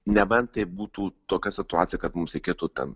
nebent tai būtų tokia situacija kad mums reikėtų ten